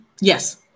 Yes